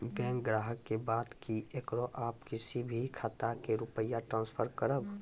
Bank ग्राहक के बात की येकरा आप किसी भी खाता मे रुपिया ट्रांसफर करबऽ?